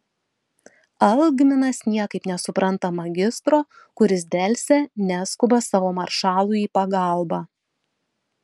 algminas niekaip nesupranta magistro kuris delsia neskuba savo maršalui į pagalbą